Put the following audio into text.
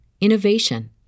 innovation